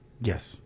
Yes